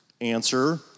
answer